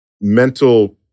mental